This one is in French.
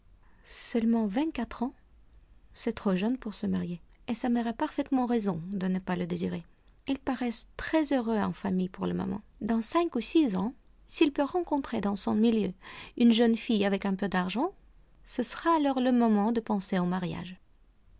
seulement vingt-quatre ans c'est trop jeune pour se marier et sa mère a parfaitement raison de ne pas le désirer ils paraissent très heureux en famille pour le moment dans cinq ou six ans s'il peut rencontrer dans son milieu une jeune fille avec un peu d'argent ce sera alors le moment de penser au mariage